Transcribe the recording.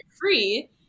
free